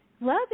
love